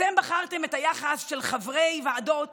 אתם בחרתם את היחס של חברי ועדות